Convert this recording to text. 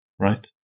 right